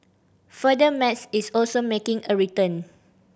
further Math is also making a return